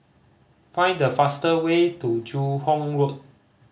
find the fast way to Joo Hong Road